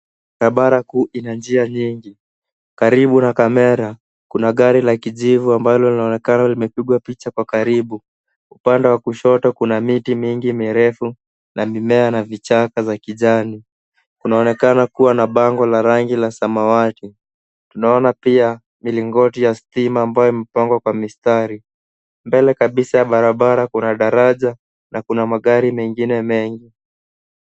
Barabara kuu ina njia nyingi. Karibu na kamera kuna gari la kijivu ambalo linaonekana limepigwa picha kwa karibu. Upande wa kushoto kuna miti mingi mirefu na mimea na vichaka za kijani. Unaonekana kuwa na bango la rangi la samawati. Naona pia nilingoti ya stima ambayo mpango kwa mistari. Mbele kabisa ya barabara kuna daraja na kuna magari mengine mengi.`